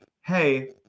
hey